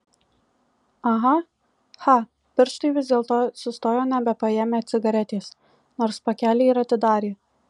aha cha pirštai vis dėlto sustojo nebepaėmę cigaretės nors pakelį ir atidarė